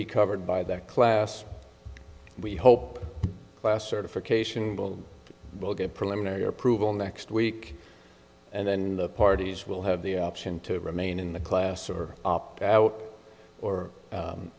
be covered by that class we hope class certification will get preliminary approval next week and then the parties will have the option to remain in the class or opt out or